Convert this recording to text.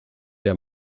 der